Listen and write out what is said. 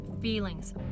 feelings